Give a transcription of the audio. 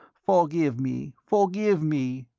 forgive me, forgive me!